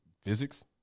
physics